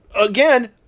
again